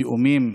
התאומים